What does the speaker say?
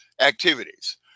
activities